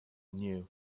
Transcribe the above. new